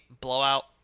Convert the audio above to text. blowout